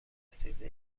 رسیده